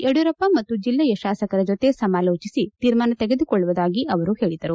ಯಡಿಯೂರಪ್ಪ ಮತ್ತು ಜಿಲ್ಲೆಯ ಶಾಸಕರ ಜೊತೆ ಸಮಾಲೋಚಿಸಿ ತೀರ್ಮಾನ ತೆಗೆದುಕೊಳ್ಳುವುದಾಗಿ ಅವರು ಹೇಳಿದರು